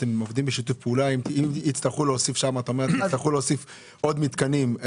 אתם עובדים בשיתוף פעולה אם יצטרכו להוסיף שם עוד מתקנים?